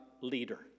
leader